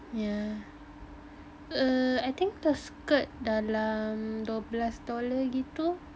yeah err I think the skirt dalam dua belas dollar gitu